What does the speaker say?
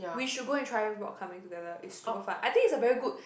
we should go and try rock climbing together is super fun I think is a very good